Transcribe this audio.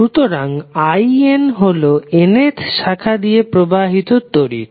সুতরাং in হলো nth শাখা দিয়ে প্রবাহিত তড়িৎ